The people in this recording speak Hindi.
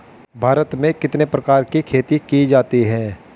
भारत में कितने प्रकार की खेती की जाती हैं?